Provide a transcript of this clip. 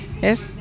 es